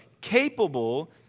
capable